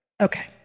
Okay